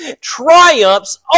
triumphs